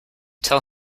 tell